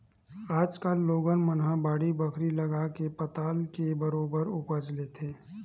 आज कल लोगन मन ह बाड़ी बखरी लगाके पताल के बरोबर उपज लेथे